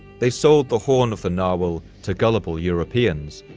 they sold the horn of the narwhal to gullible europeans,